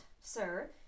sir